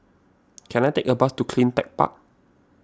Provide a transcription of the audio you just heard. can I take a bus to CleanTech Park